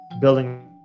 building